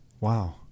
wow